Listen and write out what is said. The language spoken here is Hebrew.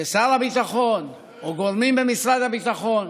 ששר הביטחון או גורמים במשרד הביטחון